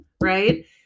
right